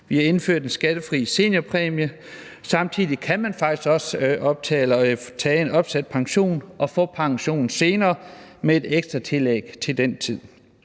vi har indført en skattefri seniorpræmie. Samtidig kan man faktisk også få opsat pension og få pensionen senere med et ekstra tillæg til den tid.